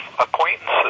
acquaintances